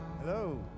Hello